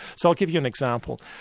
so i'll give you an example.